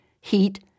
Heat